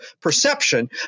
perception